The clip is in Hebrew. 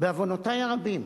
בעוונותי הרבים,